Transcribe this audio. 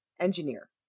engineer